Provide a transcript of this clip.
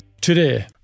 today